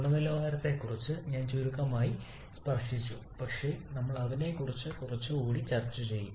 ഗുണനിലവാരത്തെക്കുറിച്ച് ഞാൻ ചുരുക്കമായി സ്പർശിച്ചു പക്ഷേ നമ്മൾ അതിനെക്കുറിച്ച് കുറച്ചുകൂടി ചർച്ച ചെയ്യും